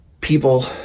people